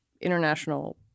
international